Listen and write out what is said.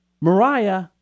mariah